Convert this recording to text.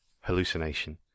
hallucination